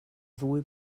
ddwy